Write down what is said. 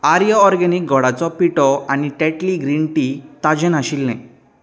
आर्य organic गोडाचो पिठो आनी टेटली ग्रीन टी ताजें नाशिल्ले